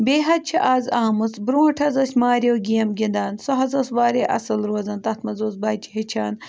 بیٚیہِ حظ چھِ آز آمٕژ برٛونٛٹھ حظ ٲسۍ ماریو گیم گِنٛدان سۄ حظ ٲس واریاہ اَصٕل روزان تَتھ منٛز اوس بَچہٕ ہیٚچھان